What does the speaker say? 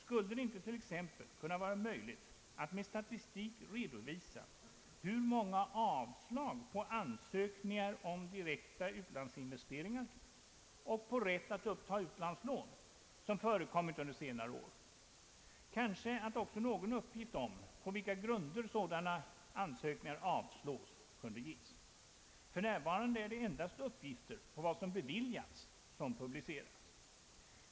Skulle det inte t.ex. kunna vara möjligt att med statistik redovisa hur många avslag på ansökningar om direkta utlandsinvesteringar och på rätt att uppta utlandslån som förekommit under senare år. Kanske kunde också någon uppgift ges om på vilka grunder sådana ansökningar avslås. För närvarande är det endast uppgifter om vad som beviljats som publiceras.